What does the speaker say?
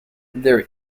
their